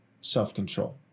self-control